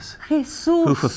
Jesús